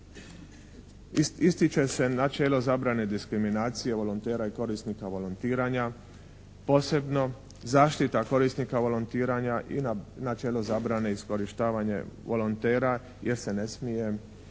Ističe se načelo zabrane diskriminacije volontera i korisnika volontiranja, posebno zaštita korisnika volontiranja i načelo zabrane i iskorištavanje volontera jer se ne smije